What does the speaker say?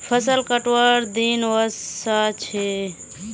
फसल कटवार दिन व स छ